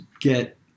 get